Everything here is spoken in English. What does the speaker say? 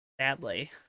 sadly